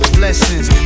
blessings